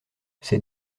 ces